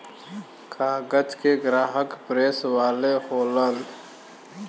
कागज के ग्राहक प्रेस वाले होलन